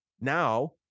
Now